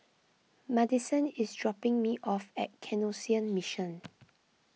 Maddison is dropping me off at Canossian Mission